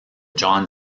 john